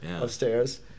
upstairs